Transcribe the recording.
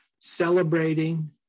celebrating